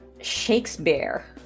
Shakespeare